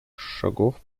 шагов